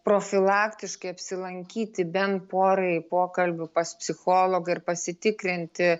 profilaktiškai apsilankyti bent porai pokalbių pas psichologą ir pasitikrinti